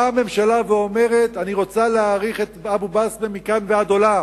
באה הממשלה ואומרת: אני רוצה להאריך את אבו-בסמה מכאן ועד עולם,